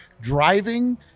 driving